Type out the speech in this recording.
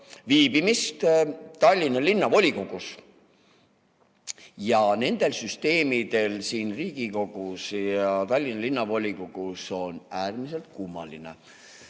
viibimist Tallinna Linnavolikogus. Ja süsteemid siin Riigikogus ja Tallinna Linnavolikogus on äärmiselt kummalised.